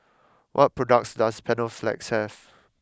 what products does Panaflex have